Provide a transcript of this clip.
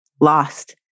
Lost